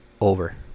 over